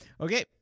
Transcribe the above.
Okay